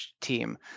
team